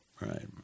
right